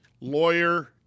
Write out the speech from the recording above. Lawyer